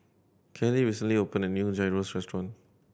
Kelley recently opened a new Gyros Restaurant